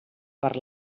per